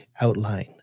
outline